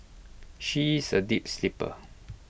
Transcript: she is A deep sleeper